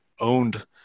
owned